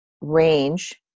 range